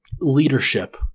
leadership